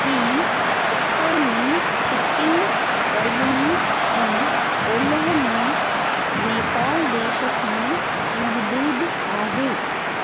हीअ उत्तर में सिक्किम परगि॒णे ऐं ओलह में नेपाल देश खां महदूद आहे